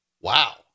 Wow